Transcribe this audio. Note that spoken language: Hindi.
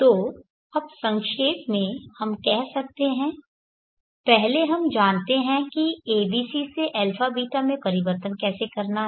तो अब संक्षेप में हम कह सकते हैं पहले हम जानते हैं कि abc से αβ में परिवर्तन कैसे करना है